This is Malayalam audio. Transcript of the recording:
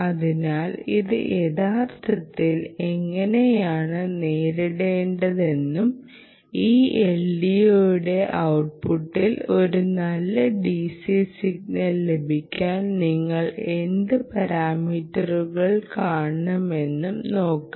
അതിനാൽ ഇത് യഥാർത്ഥത്തിൽ എങ്ങനെയാണ് നേടിയതെന്നും ഈ LDOയുടെ ഔട്ട്പുട്ടിൽ ഒരു നല്ല DC സിഗ്നൽ ലഭിക്കാൻ നിങ്ങൾ എന്ത് പാരാമീറ്ററുകൾ കാണണമെന്നും നോക്കാം